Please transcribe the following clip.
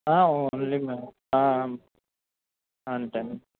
ఆ ఓన్లీ ఆ అంతే అండి